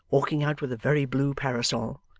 walking out with a very blue parasol,